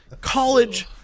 college